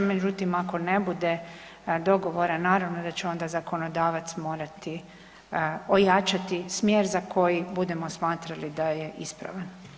Međutim, ako ne bude dogovora, naravno da će onda zakonodavac morati ojačati smjer za koji budemo smatrali da je ispravan.